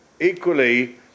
Equally